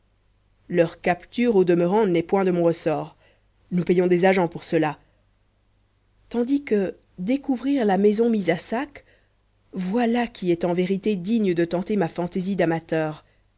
leur capture au demeurant n'est point de mon ressort nous payons des agents pour cela tandis que découvrir la maison mise à sac voilà qui est en vérité digne de tenter ma fantaisie d'amateur